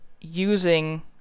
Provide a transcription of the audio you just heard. using